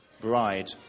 bride